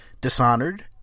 Dishonored